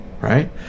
right